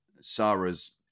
Sarah's